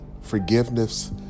forgiveness